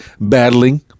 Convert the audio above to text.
battling